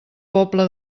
pobla